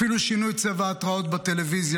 אפילו שינו את צבע ההתראות בטלוויזיה,